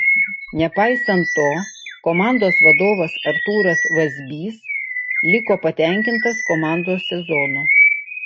nepaisant to komandos vadovas artūras vazbys liko patenkintas komandos sezonu